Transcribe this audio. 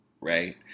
right